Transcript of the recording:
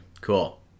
Cool